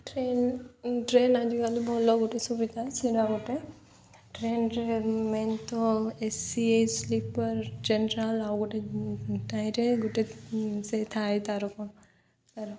train train ଆଜିକାଲି ଭଲ ଗୋଟେ ସୁବିଧା ସେଇଟା ଗୋଟେ ଟ୍ରେନ୍ରେ ମେନ୍ ତ ଏ ସି ସ୍ଲିପର୍ ଜେନରାଲ୍ ଆଉ ଗୋଟେ ଟାଇଁରେ ଗୋଟେ ସେ ଥାଏ ତା'ର କ'ଣ ତା'ର